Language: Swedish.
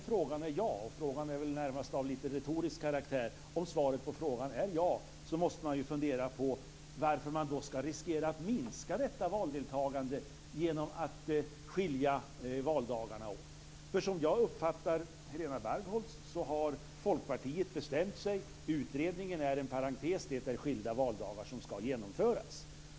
Frågan är närmast av retorisk karaktär, men om svaret på frågan är ja måste man fundera över varför man ska riskera att minska valdeltagandet genom att skilja valdagarna åt. Som jag uppfattar Helena Bargholtz har Folkpartiet bestämt sig. Utredningen är en parentes. Skilda valdagar ska genomföras.